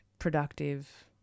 productive